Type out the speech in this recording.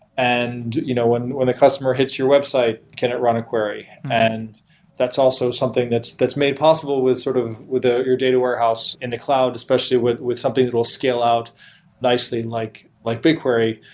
and you know when when a customer hits your website, can it run a query? and that's also something that's that's made possible with sort of with ah your data warehouse in the cloud, especially with with something that will scale out nicely like like bigquery,